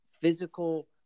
physical